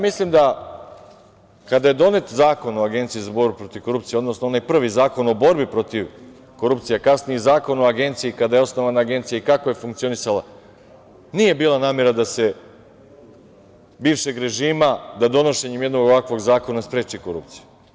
Mislim da kada je donet Zakon o Agenciji za borbu protiv korupcije, odnosno onaj prvi zakon o borbi protiv korupcije, a kasnije Zakon o agenciji kada je osnovana Agencija i kako je funkcionisala, nije bila namera da se bivšeg režima da donošenjem jednog ovakvog zakona spreči korupcija.